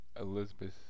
Elizabeth